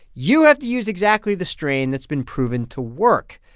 you have to use exactly the strain that's been proven to work.